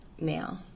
now